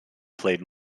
played